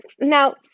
Now